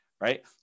Right